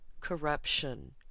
corruption